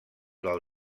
del